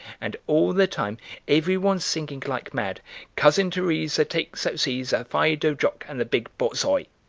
and all the time every one singing like mad cousin teresa takes out caesar fido, jock, and the big borzoi.